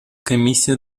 комиссия